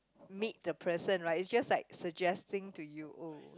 meet the person right it's just like suggesting to you